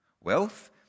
Wealth